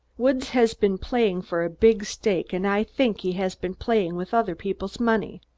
woods has been playing for a big stake, and i think he has been playing with other people's money.